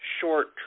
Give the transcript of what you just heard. short